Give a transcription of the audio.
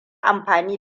amfani